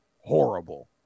horrible